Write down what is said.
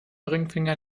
ringfinger